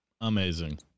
Amazing